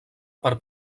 per